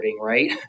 right